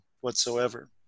whatsoever